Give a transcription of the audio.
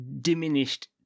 diminished